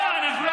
מה אנחנו?